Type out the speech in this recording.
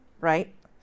right